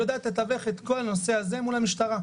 יודעת לתווך את כל הזה מול המשטרה.